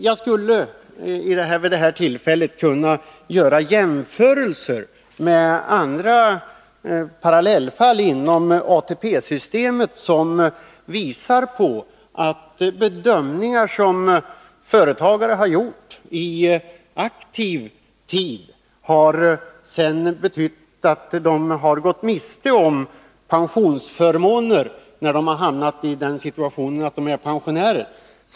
Jag skulle vid det här tillfället kunna göra jämförelser med andra parallellfall inom ATP-systemet som visar att bedömningar som företagare har gjort i aktiv tid sedan har betytt att de har gått miste om pensionsförmåner när de hamnat i den situationen att de är pensionärer.